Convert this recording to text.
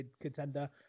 contender